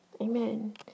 Amen